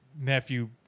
nephew